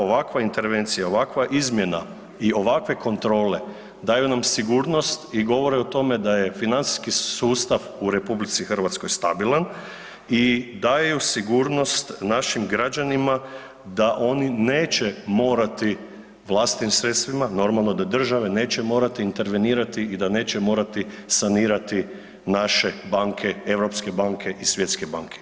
Ovakva intervencija, ovakva izmjena i ovakve kontrole daju nam sigurnost i govore o tome da je financijski sustav u RH stabilan i daje sigurnost našim građanima da oni neće morati vlastitim sredstvima, normalno da države neće morati intervenirati i da neće morati sanirati naše banke, europske banke i svjetske banke.